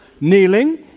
kneeling